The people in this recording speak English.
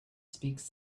speaks